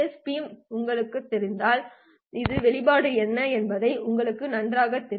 B உங்களுக்குத் தெரிந்தால் இந்த வெளிப்பாடு என்ன என்பது உங்களுக்கு நன்றாகத் தெரியும்